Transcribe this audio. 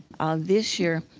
this year,